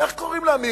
איך קוראים למעורבות